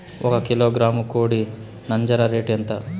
ఒక కిలోగ్రాము కోడి నంజర రేటు ఎంత?